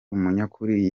umunyakuri